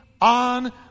on